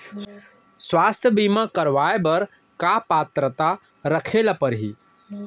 स्वास्थ्य बीमा करवाय बर का पात्रता रखे ल परही?